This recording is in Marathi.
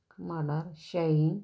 मडर शै